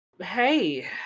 hey